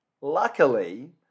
luckily